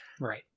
Right